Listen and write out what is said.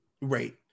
right